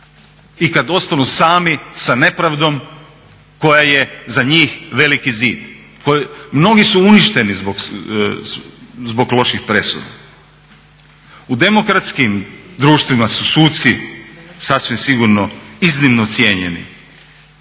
i kada ostanu sami sa nepravdom koja je za njih veliki zid. Mnogi su uništeni zbog loših presuda. U demokratskim društvima su suci sasvim sigurno iznimno cijenjeni,